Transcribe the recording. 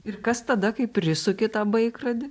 ir kas tada kai prisuki tą baikrodį